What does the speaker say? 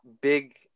big